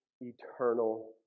eternal